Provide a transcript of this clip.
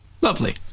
Lovely